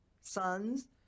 sons